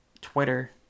Twitter